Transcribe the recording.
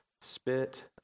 spit